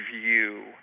view